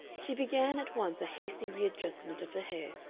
she began at once a hasty readjustment of her hair,